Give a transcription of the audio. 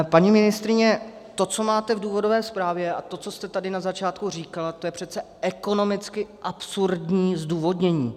Paní ministryně, to, co máte v důvodové zprávě, a to, co jste tady na začátku říkala, to je přece ekonomicky absurdní zdůvodnění.